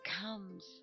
comes